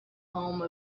home